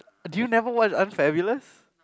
do you you never watch Unfabulous